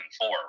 four